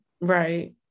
Right